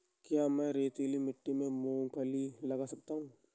क्या मैं रेतीली मिट्टी में मूँगफली लगा सकता हूँ?